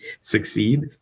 succeed